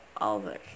over